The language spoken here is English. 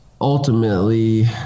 ultimately